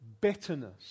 Bitterness